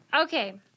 Okay